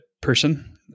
person